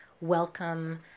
welcome